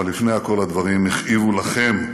אבל לפני הכול הדברים הכאיבו לכם,